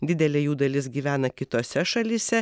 didelė jų dalis gyvena kitose šalyse